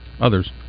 others